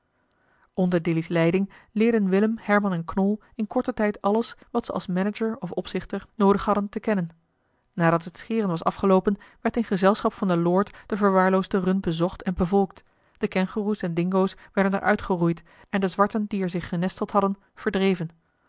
onder dilly's leiding leerden willem herman en knol in korten tijd alles wat ze als manager of opzichter noodig hadden te kennen nadat het scheren was afgeloopen werd in gezelschap van den lord de verwaarloosde run bezocht en bevolkt de kengoeroes en dingo's werden er uitgeroeid en de zwarten die er zich genesteld hadden verdreven